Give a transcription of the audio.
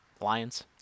Lions